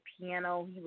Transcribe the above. piano